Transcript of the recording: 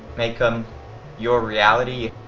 make them your reality.